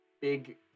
big